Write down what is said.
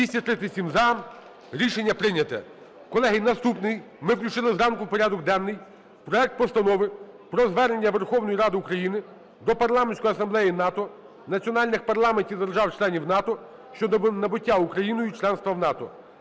За-237 Рішення прийнято. Колеги, наступний. Ми включили зранку в порядок денний проект Постанови про Звернення Верховної Ради України до Парламентської Асамблеї НАТО, національних парламентів держав-членів НАТО "Щодо набуття Україною членства в НАТО"